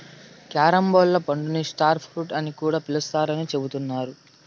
carambola పండుని star fruit అని కూడా పిలుత్తారని చెబుతున్నారు